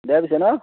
দে পিছে ন